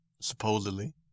supposedly